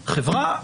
חברה,